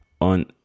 on